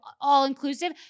all-inclusive